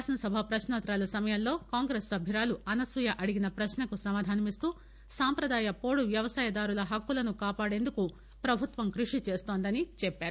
శాసనసభ ప్రక్స్తోత్తరాల సమయంలో కాంగ్రెసు సభ్యురాలు అనసూయ అడిగిన ప్రశ్నకు సమాధానమిస్తూ సాంప్రదాయ పోడు వ్యవసాయ దారుల హక్కులను కాపాడేందుకు ప్రభుత్వం కృషి చేస్తోందని చెప్పారు